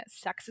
sexist